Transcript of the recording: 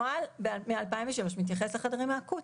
הנוהל מאז 2003 מתייחס לחדרים האקוטיים.